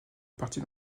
répartis